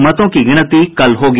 मतों की गिनती कल होगी